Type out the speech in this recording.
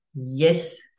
yes